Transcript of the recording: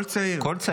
כל צעיר.